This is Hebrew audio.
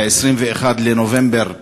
ב-21 בנובמבר 2015,